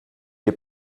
que